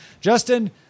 Justin